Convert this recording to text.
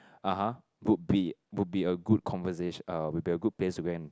(uh huh) would be would be a good uh would be a good place to go and